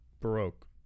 Baroque